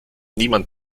niemand